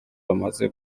bamaze